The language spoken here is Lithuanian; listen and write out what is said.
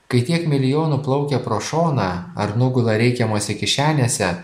kai tiek milijonų plaukia pro šoną ar nugula reikiamose kišenėse